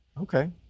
Okay